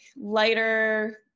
lighter